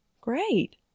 Great